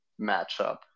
matchup